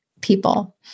people